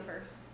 first